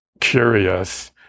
curious